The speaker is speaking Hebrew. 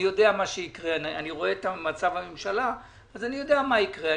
אני רואה את המצב בממשלה אז אני יודע מה יקרה.